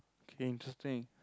okay interesting